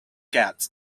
get